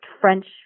French